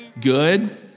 Good